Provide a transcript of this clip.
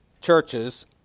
churches